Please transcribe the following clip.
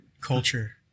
Culture